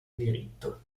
diritto